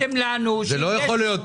זה לא יכול להיות,